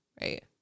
right